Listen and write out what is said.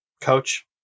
Coach